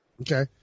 Okay